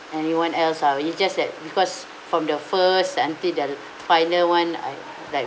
anyone else ah it just that because from the first until the final one I like